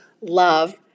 love